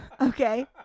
okay